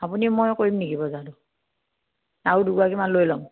আপুনি মই কৰিম নেকি বজাৰটো আৰু দুগৰাকীমান লৈ ল'ম